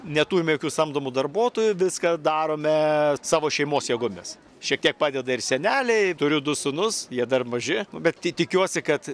neturime jokių samdomų darbuotojų viską darome savo šeimos jėgomis šiek tiek padeda ir seneliai turiu du sūnus jie dar maži nu bet ti tikiuosi kad